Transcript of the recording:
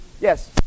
yes